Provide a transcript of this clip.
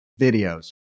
videos